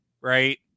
right